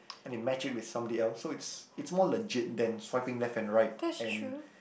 and it match it with somebody else so it's it's more legit than swiping left and right and